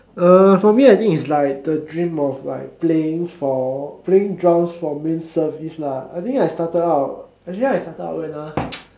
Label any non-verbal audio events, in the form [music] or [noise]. uh for me I think it's like the dream of like playing for playing drums for main service lah I think I started out actually I started out when ah [noise]